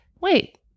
wait